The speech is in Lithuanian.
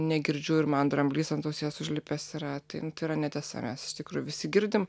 negirdžiu ir man dramblys ant ausies užlipęs yra nu tai yra netiesa mes iš tikrųjų visi girdim